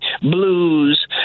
blues